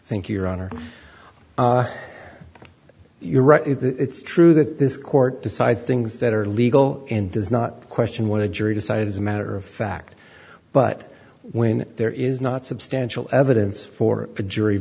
think your honor you're right it's true that this court decides things that are legal and does not question what a jury decided as a matter of fact but when there is not substantial evidence for a jury